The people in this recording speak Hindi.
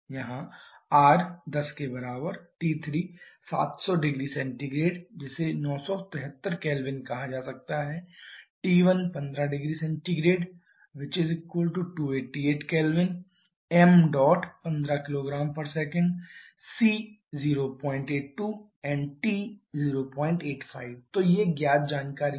r𝑝10 T3 700℃ 973K T1 15℃ 288K ṁ15 kgs 𝜂c 082 𝜂t 085 तो ये ज्ञात जानकारी हैं